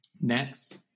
Next